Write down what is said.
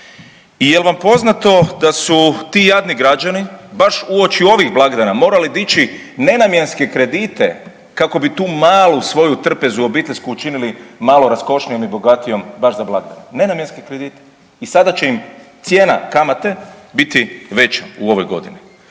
I jel vam poznato da su ti jadni građani baš uoči ovih blagdana morali dići nenamjenski kredite kako bi tu malu svoju trpezu obiteljsku učinili malo raskošnijom i bogatijom baš za blagdane, nenamjenske kredite i sada će im cijena kamate biti veća u ovoj godini.